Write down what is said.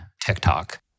tiktok